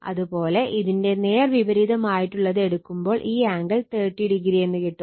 അതുപോലെ ഇതിന്റെ നേർ വിപരീതമായിട്ടുള്ളത് എടുക്കുമ്പോൾ ഈ ആംഗിൾ 30o എന്ന് കിട്ടും